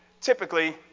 Typically